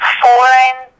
foreign